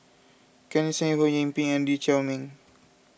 Ken Seet Ho Yee Ping and Lee Chiaw Meng